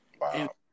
Wow